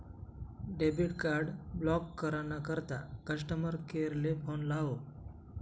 debit card block करा ना करता कस्टमर केअर ले फोन लावो